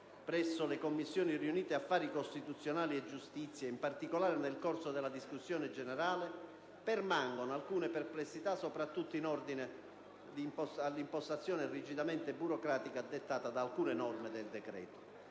presso le Commissioni riunite affari costituzionali e giustizia, in particolare nel corso della discussione generale, permangono alcune perplessità, soprattutto in ordine all'impostazione rigidamente burocratica dettata da alcune norme del decreto-legge